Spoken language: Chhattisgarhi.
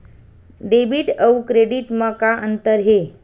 डेबिट अउ क्रेडिट म का अंतर हे?